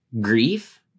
grief